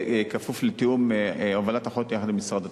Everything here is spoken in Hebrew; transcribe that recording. כפוף לתיאום הובלת החוק יחד עם משרד התקשורת.